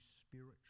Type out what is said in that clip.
spiritual